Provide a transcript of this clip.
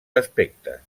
aspectes